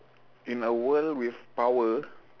in a world with power